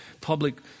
public